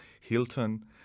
Hilton